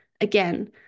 Again